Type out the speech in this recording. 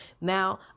now